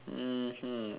mmhmm